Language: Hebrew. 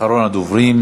אחרון הדוברים.